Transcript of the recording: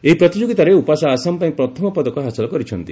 ଏହି ପ୍ରତିଯୋଗୀତାରେ ଉପାସା ଆସାମ ପାଇଁ ପ୍ରଥମ ପଦକ ହାସଲ କରିଛନ୍ତି